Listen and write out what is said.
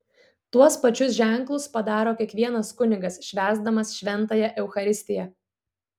tuos pačius ženklus padaro kiekvienas kunigas švęsdamas šventąją eucharistiją